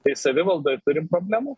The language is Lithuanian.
tai savivaldoj turim problemų